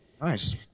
Nice